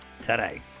Today